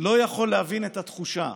לא יכול להבין את התחושה,